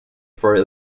for